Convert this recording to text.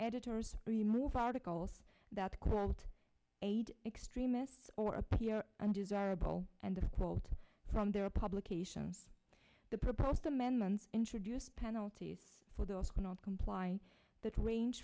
editors remove articles that quote aid extremists or appear undesirable and the quote from their publication of the proposed amendments introduced penalties for those cannot comply that range